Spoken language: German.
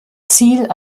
ziel